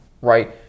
right